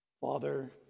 Father